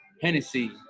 Hennessy